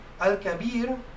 Al-Kabir